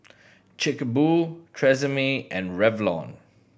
Chic a Boo Tresemme and Revlon